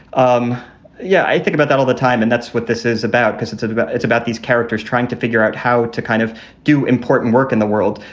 um yeah, i think about that all the time. and that's what this is about, because it's and about it's about these characters trying to figure out how to kind of do important work in the world.